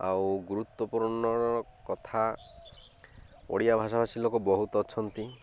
ଆଉ ଗୁରୁତ୍ୱପୂର୍ଣ୍ଣର କଥା ଓଡ଼ିଆ ଭାଷାଭାଷୀ ଲୋକ ବହୁତ ଅଛନ୍ତି